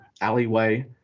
alleyway